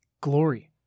Glory